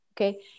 Okay